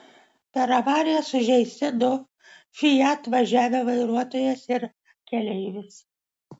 per avariją sužeisti du fiat važiavę vairuotojas ir keleivis